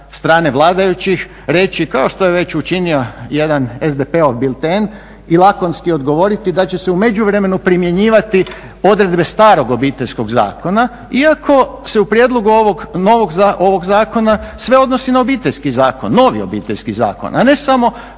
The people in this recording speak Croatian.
strane vladajućih reći kao što je već učinio jedan SDP-ov bilten i lakonski odgovoriti da će se u međuvremenu primjenjivati odredbe starog Obiteljskog zakona, iako se u prijedlogu ovog zakona sve odnosi na Obiteljski zakon, novi Obiteljski zakon, a ne samo kao